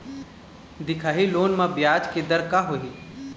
दिखाही लोन म ब्याज के दर का होही?